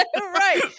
Right